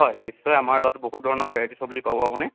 হয় নিশ্চয় আমাৰ তাত বহুত ধৰণৰ ভেৰাইটি চবজি পাব আপুনি